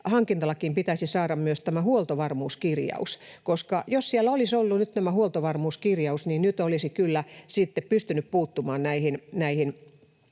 hankintalakiin pitäisi saada myös tämä huoltovarmuuskirjaus. Jos siellä olisi ollut nyt tämä huoltovarmuuskirjaus, niin nyt olisi kyllä pystytty puuttumaan näihin